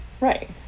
Right